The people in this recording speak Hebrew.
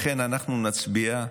לכן אנחנו נצביע.